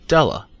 Della